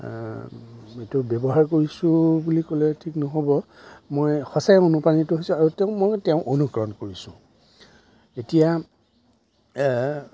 এইটো ব্যৱহাৰ কৰিছোঁ বুলি ক'লে ঠিক নহ'ব মই সঁচাই অনুপ্ৰাণিত হৈছোঁ আৰু তেওঁক মই তেওঁক অনুকৰণ কৰিছোঁ এতিয়া